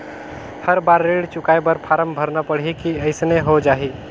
हर बार ऋण चुकाय बर फारम भरना पड़ही की अइसने हो जहीं?